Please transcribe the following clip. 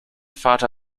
vater